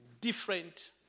different